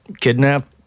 kidnap